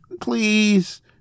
Please